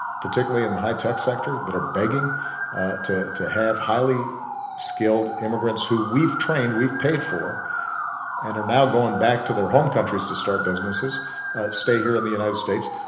particularly in the high-tech sector, that are begging to to have highly skilled immigrants who we've trained, we've paid for and are now going back to their home countries to start businesses stay here in the united states.